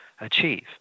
achieve